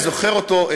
אני זוכר אותו,